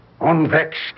unvexed